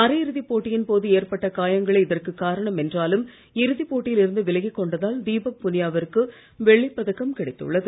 அரையிறுதிப் போட்டியின் போது ஏற்பட்ட காயங்களே இதற்குக் காரணம் என்றாலும் இறுதிப் போட்டியில் இருந்து விலகிக் கொண்டதால் தீபக் புனியா விற்கு வெள்ளிப் பதக்கம் கிடைத்துள்ளது